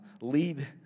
Lead